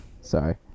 Sorry